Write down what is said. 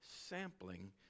sampling